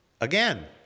Again